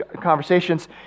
conversations